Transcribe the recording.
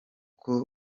kandi